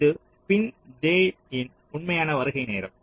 இது பின் j இன் உண்மையான வருகை நேரம்